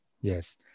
yes